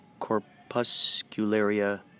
corpuscularia